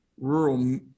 rural